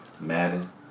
Madden